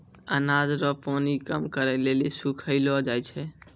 अनाज रो पानी कम करै लेली सुखैलो जाय छै